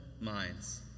minds